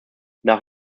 nach